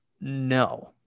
No